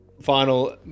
final